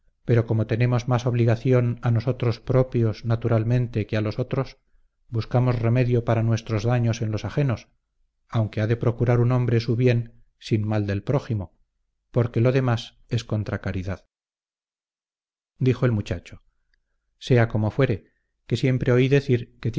pero como tenemos más obligación a nosotros propios naturalmente que a los otros buscamos remedio para nuestros daños en los ajenos aunque ha de procurar un hombre su bien sin mal del prójimo porque lo demás es contra caridad dijo el muchacho sea como fuere que siempre oí decir que